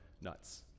nuts